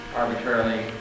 arbitrarily